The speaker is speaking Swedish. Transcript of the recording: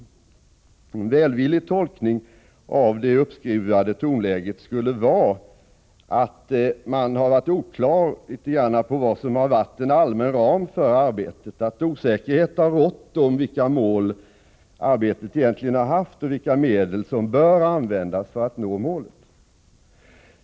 En välvillig tolkning av det uppskruvade tonläget skulle vara att det rått oklarhet om vad som har varit en allmän ram för arbetet, att osäkerhet har rått om vilka målen för arbetet egentligen har varit och vilka medel som bör användas för att nå målen.